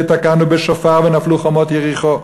ותקענו בשופר ונפלו חומות יריחו.